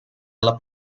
alla